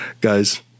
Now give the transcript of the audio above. guys